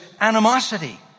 animosity